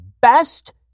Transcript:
best